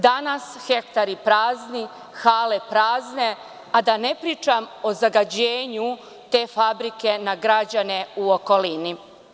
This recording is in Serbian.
Danas hektari prazni, hale prazne, a da ne pričam o zagađenju te fabrike na građane u okolini.